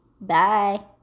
Bye